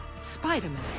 Spider-Man